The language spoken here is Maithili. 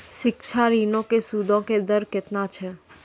शिक्षा ऋणो के सूदो के दर केतना छै?